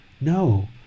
No